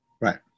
Right